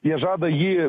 jie žada jį